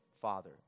father